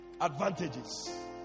Advantages